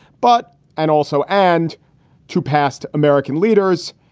but and also and to past american leaders.